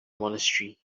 monastery